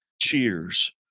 Cheers